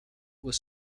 was